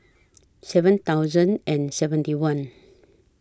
seven thousand and seventy one